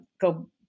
go